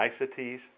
niceties